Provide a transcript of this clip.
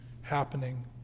happening